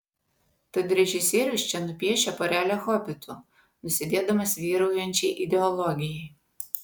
tad režisierius čia nupiešia porelę hobitų nusidėdamas vyraujančiai ideologijai